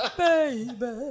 baby